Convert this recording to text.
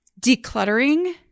Decluttering